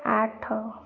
ଆଠ